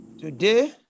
Today